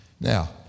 Now